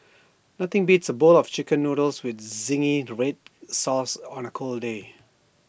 nothing beats A bowl of Chicken Noodles with Zingy Red Sauce on A cold day